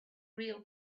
real